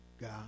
God